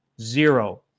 zero